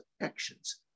actions